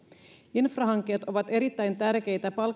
infrahankkeet ovat erittäin tärkeitä